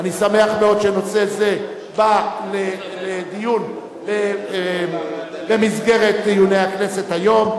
אני שמח מאוד שנושא זה בא לדיון במסגרת דיוני הכנסת היום.